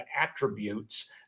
attributes